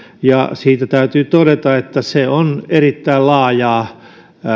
ja siitä täytyy todeta että se on erittäin laajaa